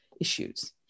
issues